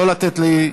לא לתת לי,